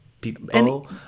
people